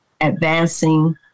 advancing